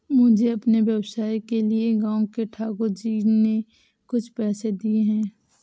मुझे अपने व्यवसाय के लिए गांव के ठाकुर जी ने कुछ पैसे दिए हैं